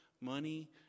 money